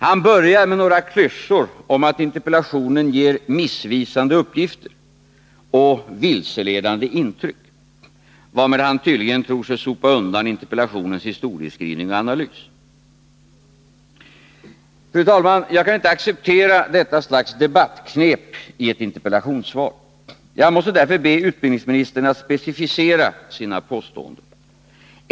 Han börjar med några klyschor om att interpellationen ger missvisande uppgifter och vilseledande intryck, varmed han tydligen tror sig sopa undan interpellationens historieskrivning och analys. Fru talman! Jag kan inte acceptera detta slags debattknep i ett interpellationssvar. Jag måste därför be utbildningsministern att specificera sina påståenden.